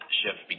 shift